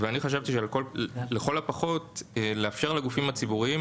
אני חשבתי שלכל הפחות יש לאפשר לגופים הציבוריים